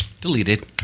Deleted